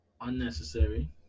Unnecessary